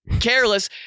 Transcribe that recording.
careless